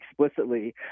explicitly